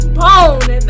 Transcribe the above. bone